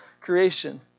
creation